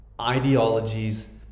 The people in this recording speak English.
ideologies